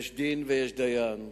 יש דין ויש דיין.